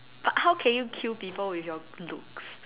but how can you kill people with your looks